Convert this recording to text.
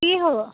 কি হ'ব